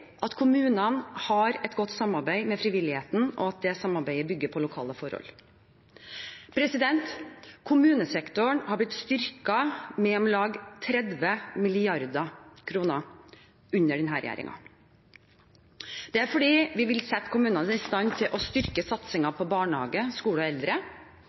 at kommunene har et godt samarbeid med frivilligheten, og at det samarbeidet bygger på lokale forhold. Kommunesektoren er blitt styrket med om lag 30 mrd. kr under denne regjeringen. Det er fordi vi vil sette kommunene i stand til å styrke satsingen på barnehage, skole og eldre.